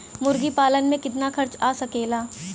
मुर्गी पालन में कितना खर्च आ सकेला?